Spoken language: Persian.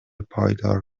پایدار